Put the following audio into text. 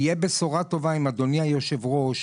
תהיה בשורה טובה אם אדוני היושב ראש,